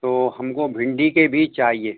तो हमको भिंडी के बीज चाहिए